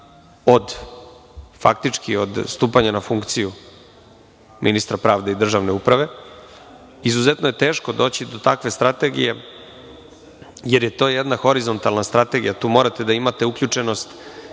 se radi od stupanja na funkciju ministra pravde i državne uprave. Izuzetno je teško doći do takve strategije jer je to jedna horizontalna strategija, tu morate da imate uključenost